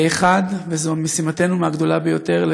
1. וזו משימתנו הגדולה ביותר,